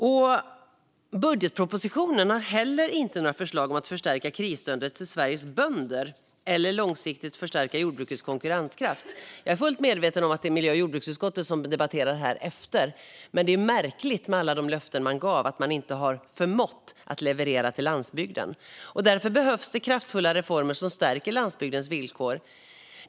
I budgetpropositionen finns inte heller några förslag om att förstärka krisstödet till Sveriges bönder eller långsiktigt förstärka jordbrukets konkurrenskraft. Jag är fullt medveten om att miljö och jordbruksutskottet ska debattera efter oss, men utifrån alla de löften man gav är det märkligt att man inte har förmått leverera till landsbygden. Nu behövs kraftfulla reformer som stärker landsbygdens villkor.